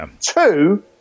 Two